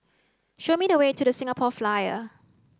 show me the way to the Singapore Flyer